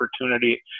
opportunity